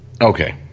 Okay